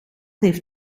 heeft